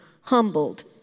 humbled